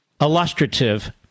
illustrative